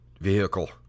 vehicle